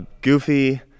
goofy